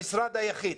המשרד היחיד